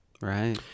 Right